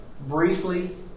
Briefly